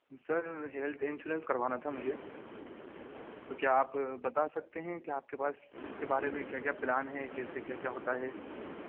سر health insurance کروانا تھا مجھے تو کیا آپ بتا سکتے ہیں کہ آپ کے پاس اس کے بارے میں کیا کیا پلان ہیں کیسے کیا کیا ہوتا ہے